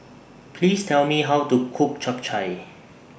Please Tell Me How to Cook Chap Chai